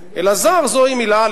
אלא זר זו מלה,